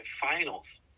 finals